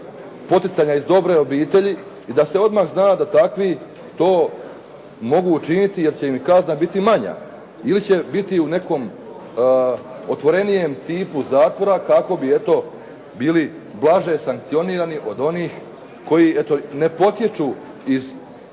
poticanja iz "dobre obitelji" i da se odmah zna da takvi to mogu učiniti jer će im kazna biti manja. Ili će biti u nekom otvorenijem tipu zakona kako bi eto bili blaže sankcionirani od onih koji eto ne potječu iz